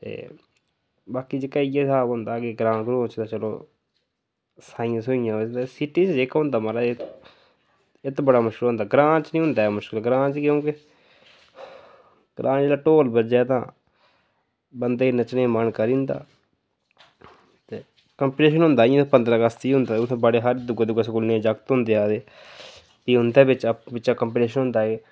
ते बाकी जेहका इ'यै स्हाब होंदा कि बाकी ग्रांऽ ते चलो साइयां सुइयां सिटी च होंदा जेह्का होंदा महाराज इत्त बड़ा मुश्कल होंदा ग्रांऽ च निं होंदा ऐ मुश्कल ग्रांऽ च क्योंकि ग्रांऽ च जेल्लै ढोल बज्जै तां बंदे दा नच्चने गी मन करी जंदा ते कंपीटिशन होंदा इ'यां पंदरां अगस्त गी होंदा ते उत्थे बड़े हारे दूए दूए स्कूलें दी जागत होंदे आए दे फ्ही उं'दे बिच्च आपें बिच्चें कंपीटिशन होंदा एह्